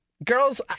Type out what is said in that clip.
Girls